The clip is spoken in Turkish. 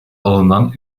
alınan